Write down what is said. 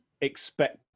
expect